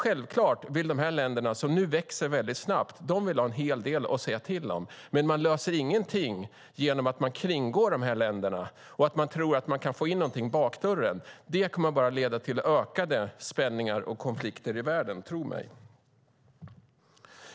Självklart vill dessa länder, som nu växer snabbt, ha en hel del att säga till om. Men man löser ingenting genom att kringgå dessa länder och tro att det går att få in någonting via bakdörren. Det kommer bara att leda till ökade spänningar och konflikter i världen. Tro mig!